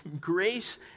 grace